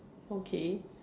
okay